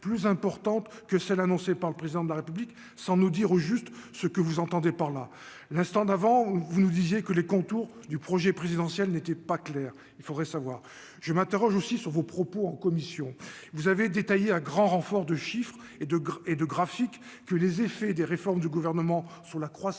plus importante que celle annoncée par le président de la République, sans nous dire au juste ce que vous entendez par là, l'instant d'avant, vous nous disiez que les contours du projet présidentiel n'était pas clair, il faudrait savoir, je m'interroge aussi sur vos propos en commission, vous avez détaillées à grand renfort de chiffres et de et de graphiques que les effets des réformes du gouvernement sur la croissance